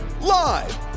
Live